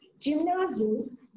gymnasiums